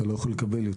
אתה לא יכול לקבל יותר.